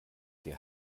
der